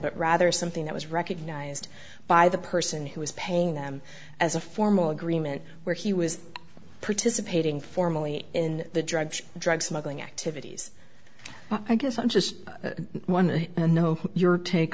but rather something that was recognized by the person who was paying them as a formal agreement where he was participating formally in the drug drug smuggling activities i guess i'm just one of the know your take